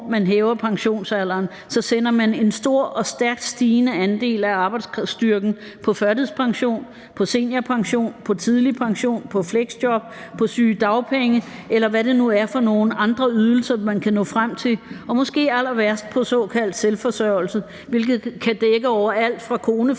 man hæver pensionsalderen, sender man en stor og stærkt stigende andel af arbejdsstyrken på førtidspension, på seniorpension, på tidlig pension, i fleksjob, på sygedagpenge, eller hvad det nu er for nogle andre ydelser, man kan nå frem til, og måske allerværst på såkaldt selvforsørgelse, hvilket kan dække over alt fra koneforsørgelse